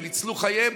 וניצלו חייהם,